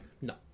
No